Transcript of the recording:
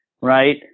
right